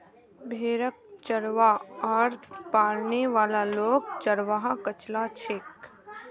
भेड़क चरव्वा आर पालने वाला लोग चरवाहा कचला छेक